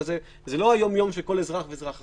אבל זה לא היום-יום של כל אזרח ואזרח.